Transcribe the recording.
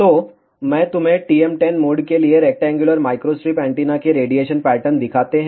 तो मैं तुम्हें TM10 मोड के लिए रेक्टेंगुलर माइक्रोस्ट्रिप एंटीना के रेडिएशन पैटर्न दिखाते हैं